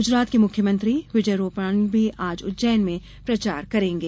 गुजरात के मुख्यमंत्री विजय रोपाणी आज उज्जैन में प्रचार करेंगे